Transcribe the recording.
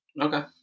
Okay